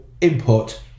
input